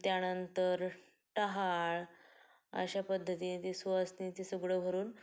त्यानंतर टहाळ अशा पद्धतीने ती सुवासिनी ते सुगडं भरून